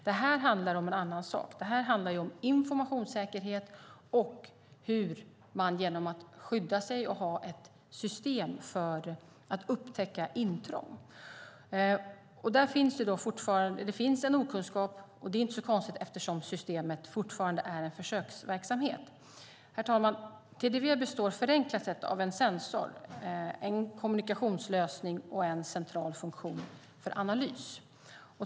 Det här handlar om en annan sak, nämligen om informationssäkerhet och om att för att skydda sig ha ett system för att upptäcka intrång. Det finns en okunskap, och det är inte så konstigt eftersom systemet fortfarande är en försöksverksamhet. Herr talman! TDV består, förenklat, av en sensor, en kommunikationslösning och en central funktion för analys.